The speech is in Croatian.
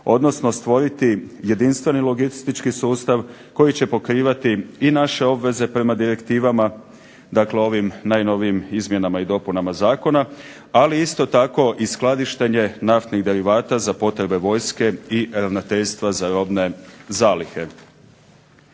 odnosno stvoriti jedinstveni logistički sustav koji će pokrivati i naše obveze prema direktivama, dakle ovim najnovijim izmjenama i dopunama zakona ali isto tako i skladištenje naftnih derivata za potrebe vojske i Ravnateljstva za robne zalihe.